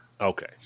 Okay